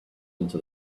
into